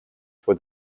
for